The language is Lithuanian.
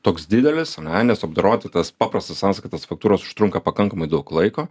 toks didelis ane nes apdoroti tas paprastas sąskaitas faktūras užtrunka pakankamai daug laiko